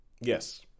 Yes